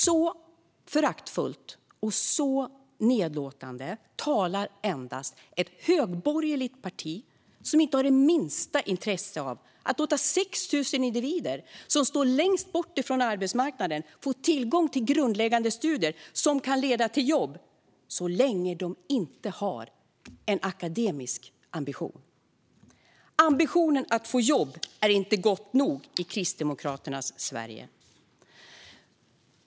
Så föraktfullt och nedlåtande talar endast ett högborgerligt parti som inte har det minsta intresse av att låta 6 000 individer som står längst bort från arbetsmarknaden få tillgång till grundläggande studier som kan leda till jobb - så länge de inte har en akademisk ambition. Ambitionen att få jobb är inte god nog i Kristdemokraternas Sverige.